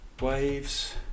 waves